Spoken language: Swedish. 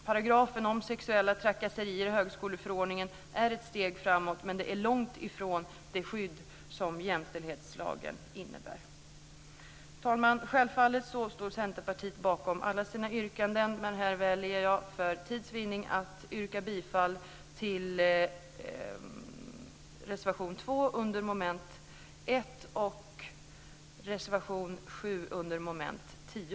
Paragrafen om sexuella trakasserier i högskoleförordningen är ett steg framåt, men det är långt ifrån det skydd som jämställdhetslagen innebär. Fru talman! Självfallet står Centerpartiet bakom alla sina yrkanden. Här väljer jag för tids vinning att yrka bifall till reservation 2 under moment 1 och reservation 7 under moment 10.